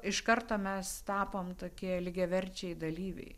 iš karto mes tapom tokie lygiaverčiai dalyviai